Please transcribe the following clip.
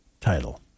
title